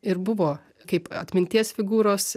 ir buvo kaip atminties figūros